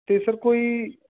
ਅਤੇ ਸਰ ਕੋਈ